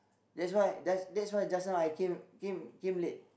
that's why that that's why just now I came came came late